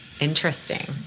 Interesting